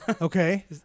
Okay